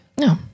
No